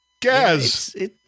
Gaz